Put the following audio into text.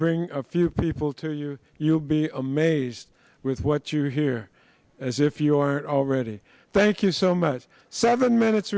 bring a few people to you you'll be amazed with what you hear as if your already thank you so much seven minutes